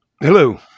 Hello